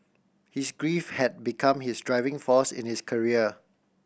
his grief had become his driving force in his career